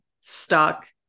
stuck